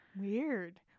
Weird